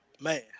man